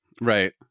Right